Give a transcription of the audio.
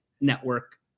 network